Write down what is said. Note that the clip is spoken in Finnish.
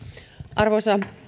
arvoisa